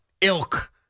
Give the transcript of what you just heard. ilk